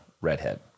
redhead